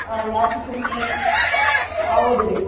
ಹಾಂ ಯಾವ ಟೀಚರ್ ಮರೆ ಹೌದ್ ರೀ